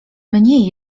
mniej